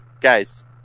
guys